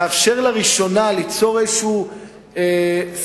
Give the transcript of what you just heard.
יאפשר לראשונה ליצור איזושהי סנקציה,